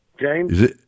James